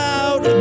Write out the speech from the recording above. out